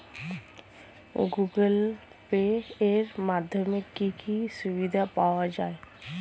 Google Pay এর মাধ্যমে কি কি সুবিধা পাওয়া যায়?